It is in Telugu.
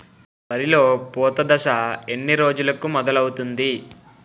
వరిలో పూత దశ ఎన్ని రోజులకు మొదలవుతుంది?